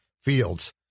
Fields